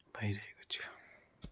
भइरहेको छु